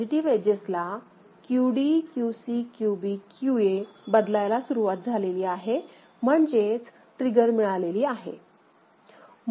positive edges ला QD QC QB QA बदलायला सुरुवात झालेली आहे म्हणजे ट्रीगर मिळालेली आहे